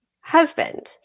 husband